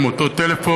עם אותו טלפון,